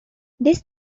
this